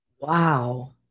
Wow